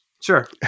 sure